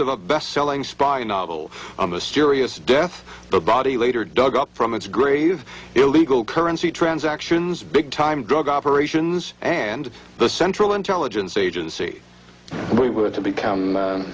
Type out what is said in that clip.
of a bestselling spy novel a mysterious death the body later dug up from its grave illegal currency transactions big time drug operations and the central intelligence agency we were to become